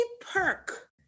perk